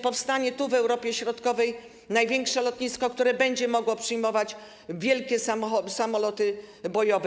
Powstanie tu, w Europie Środkowej, największe lotnisko, które będzie mogło przyjmować wielkie samoloty bojowe.